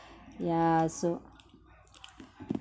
yeah so